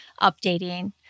updating